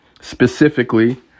specifically